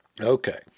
okay